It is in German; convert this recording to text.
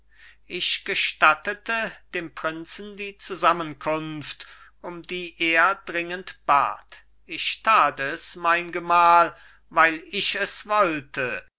ich gestattete dem prinzen die zusammenkunft um die er dringend bat ich tat es mein gemahl weil ich es wollte